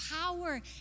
power